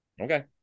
Okay